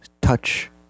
touch